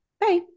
Bye